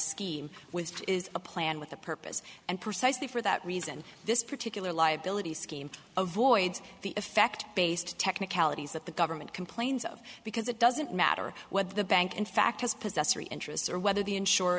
scheme with is a plan with a purpose and precisely for that reason this particular liability scheme avoids the effect based technicalities that the government complains of because it doesn't matter what the bank in fact has possessory interest or whether the insur